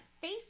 face